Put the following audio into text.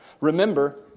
Remember